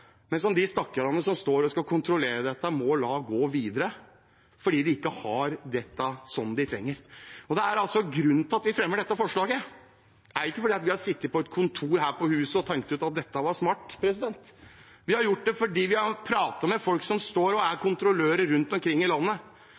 men som de stakkarene som står og skal kontrollerer dette, må la gå videre fordi de ikke har dette som de trenger. Det er altså en grunn til at vi fremmer dette forslaget. Det er ikke fordi vi har sittet på et kontor her på huset og tenkt ut at dette er smart. Vi har gjort det fordi vi har pratet med folk som er kontrollører rundt omkring i landet,